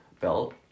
belt